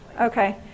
Okay